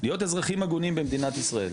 להיות אזרחים הגונים במדינת ישראל,